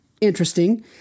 interesting